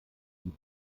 die